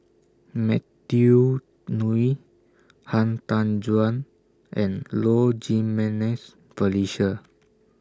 Matthew Ngui Han Tan Juan and Low Jimenez Felicia